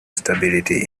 stability